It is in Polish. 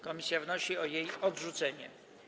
Komisja wnosi o jej odrzucenie.